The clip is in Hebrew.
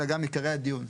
אלא גם עיקרי הדיון,